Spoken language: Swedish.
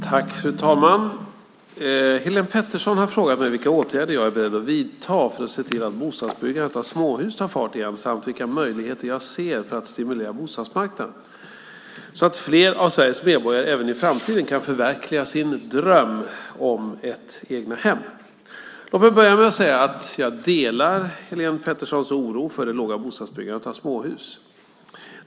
Fru talman! Helene Petersson har frågat mig vilka åtgärder jag är beredd att vidta för att se till att bostadsbyggandet av småhus tar fart igen samt vilka möjligheter jag ser för att stimulera bostadsmarknaden så att fler av Sveriges medborgare även i framtiden kan förverkliga sin dröm om ett egnahem. Låt mig börja med att säga att jag delar Helene Peterssons oro för det låga bostadsbyggandet av småhus.